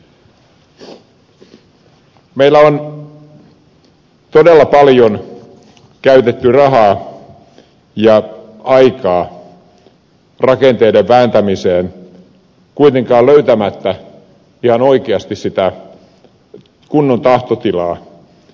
meillä on todella paljon käytetty rahaa ja aikaa rakenteiden vääntämiseen kuitenkaan löytämättä ihan oikeasti sitä kunnon tahtotilaa